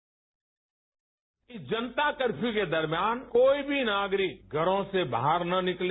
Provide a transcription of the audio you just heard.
इस जनता कर्फ्यू के दर्भियान कोई भी नागरिक घरों से बाहर ना निकले